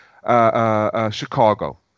Chicago